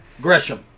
Gresham